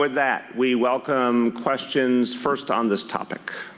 that we welcome questions first on this topic.